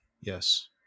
Yes